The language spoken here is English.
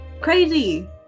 crazy